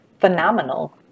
phenomenal